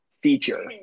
feature